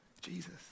Jesus